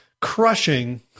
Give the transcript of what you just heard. crushing